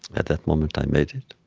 at that moment, i made it.